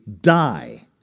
die